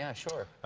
yeah sure.